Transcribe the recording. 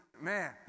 man